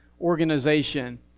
organization